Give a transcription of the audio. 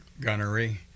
gunnery